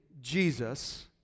Jesus